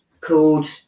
called